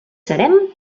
serem